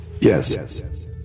Yes